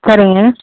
சரிங்க